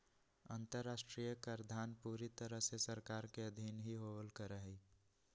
अन्तर्राष्ट्रीय कराधान पूरी तरह से सरकार के अधीन ही होवल करा हई